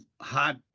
hot